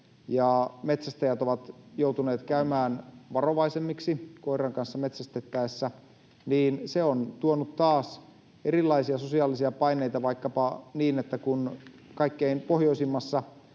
ja metsästäjät ovat joutuneet käymään varovaisemmiksi koiran kanssa metsästettäessä, niin se on tuonut taas erilaisia sosiaalisia paineita vaikkapa niin, että kun kaikkein pohjoisimmassa